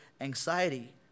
anxiety